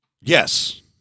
Yes